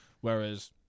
Whereas